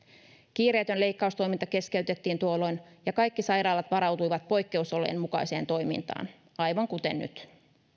kiireetön leikkaustoiminta keskeytettiin tuolloin ja kaikki sairaalat varautuivat poikkeusolojen mukaiseen toimintaan aivan kuten nyt